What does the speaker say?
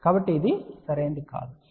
కాబట్టి ఇది సరైనది కాదు మీరు 20 log 0